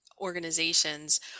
organizations